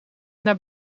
naar